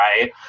right